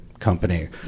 company